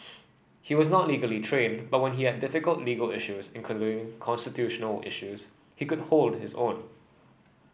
he was not legally trained but when we had difficult legal issues including constitutional issues he could hold his own